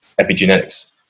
epigenetics